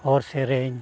ᱦᱚᱨ ᱥᱮᱨᱮᱧ